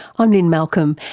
i'm lynne malcolm.